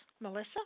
Melissa